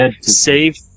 save